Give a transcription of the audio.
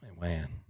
Man